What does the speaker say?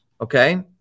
okay